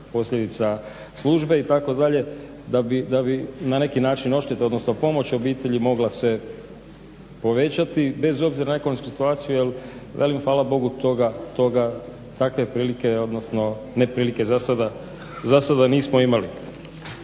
posljedica službe itd. da bi na neki način odšteta odnosno pomoć obitelji mogla se povećati bez obzira na ekonomsku situaciju jel velim hvala Bogu takve neprilike za sada nismo imali.